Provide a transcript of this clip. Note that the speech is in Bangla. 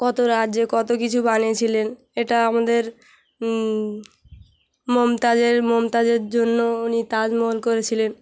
কতো রাজ্য কতো কিছু বানিয়েছিলেন এটা আমাদের মমতাজের মমতাজের জন্য উনি তাজমহল করেছিলেন